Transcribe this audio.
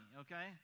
okay